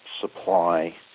supply